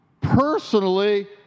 personally